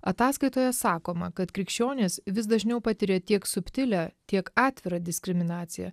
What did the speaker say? ataskaitoje sakoma kad krikščionys vis dažniau patiria tiek subtilią tiek atvirą diskriminaciją